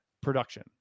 production